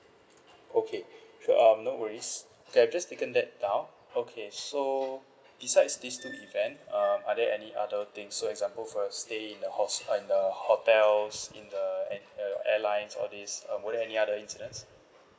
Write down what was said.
okay sure um no worries that I've just taken that down okay so besides this two event um are there any other things so example for your stay in the hos~ uh in the hotels in the and uh airlines all these um were there any other incidents